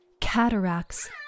Cataracts